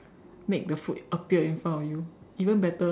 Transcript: make the food appear in front of you even better